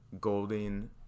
Golding